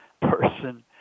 person